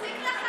נחזיק לך